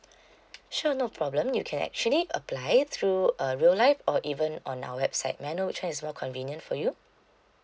sure no problem you can actually apply it through a real life or even on our website may I know which one is more convenient for you